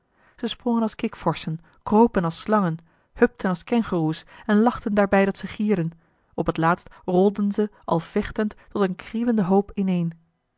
ze sprongen als kikvorschen kropen als slangen hupten als kengoeroes en lachten daarbij dat ze gierden op het laatst rolden ze al vechtend tot een krielenden hoop ineen